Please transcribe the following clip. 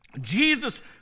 Jesus